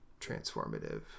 transformative